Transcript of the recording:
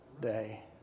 day